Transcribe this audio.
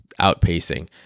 outpacing